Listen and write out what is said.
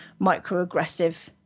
microaggressive